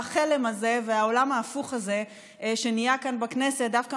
החלם הזה והעולם ההפוך הזה שנהיה כאן בכנסת דווקא